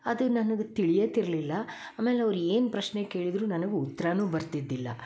ಅದು ನನಗೆ ತಿಳಿಯತ್ ಇರಲಿಲ್ಲ ಆಮೇಲೆ ಅವ್ರ ಏನು ಪ್ರಶ್ನೆ ಕೇಳಿದ್ದರು ನನಗ ಉತ್ತರಾನು ಬರ್ತಿದ್ದಿಲ್ಲ